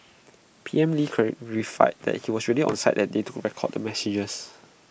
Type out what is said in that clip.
P M lee clarified that he was really on site that day to record the messages